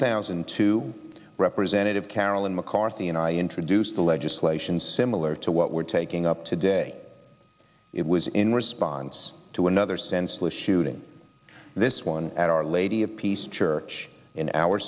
thousand and two representative carolyn mccarthy and i introduced the legislation similar to what we're taking up today it was in response to another senseless shooting this one at our lady of peace church in our